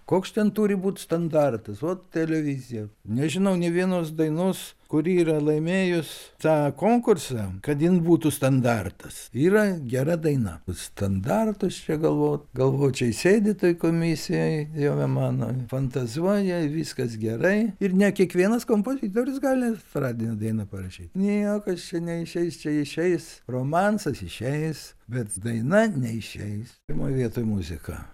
koks ten turi būt standartas vot televizija nežinau nė vienos dainos kuri yra laimėjus tą konkursą kad jin būtų standartas yra gera daina standartus čia galvot galvočiai sėdi toj komisijoj dieve mano fantazuoja viskas gerai ir ne kiekvienas kompozitorius gali paradinę dainą parašyt niekas čia neišeis čia išeis romansas išeis bet daina neišeis pirmoj vietoj muzika